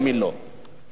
תודה רבה.